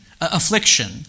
affliction